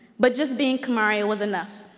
but just being kamaria was enough.